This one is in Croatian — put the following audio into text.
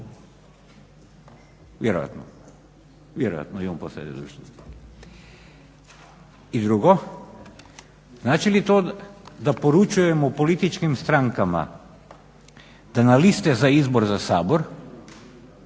ureda? Vjerojatno. I drugo, znači li to da poručujemo političkim strankama da na liste za izbor za Sabor